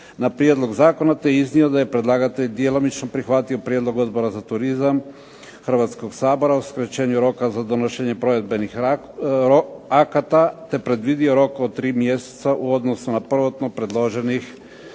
na prijedlog zakona, te je iznio da je predlagatelj djelomično prihvatio prijedlog Odbora za turizam Hrvatskoga sabora o skraćenju roka za donošenje provedbenih akata te predvidio rok od 3 mjeseca u odnosu na prvotno predloženih